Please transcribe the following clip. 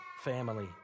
family